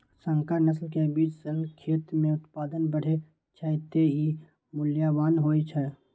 संकर नस्ल के बीज सं खेत मे उत्पादन बढ़ै छै, तें ई मूल्यवान होइ छै